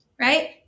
right